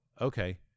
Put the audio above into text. okay